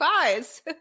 guys